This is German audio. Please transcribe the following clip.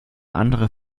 andere